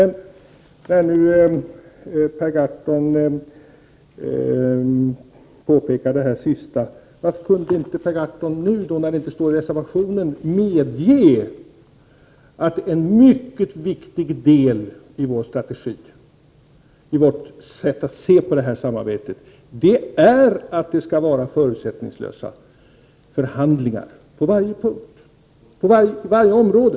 När Per Gahrton gjorde det här senaste påpekandet — varför kunde inte Per Gahrton nu, när det inte står i reservationen, medge att en mycket viktig del i vår strategi, i vårt sätt att se på det här samarbetet, är att det skall vara förutsättningslösa förhandlingar på varje punkt, på varje område?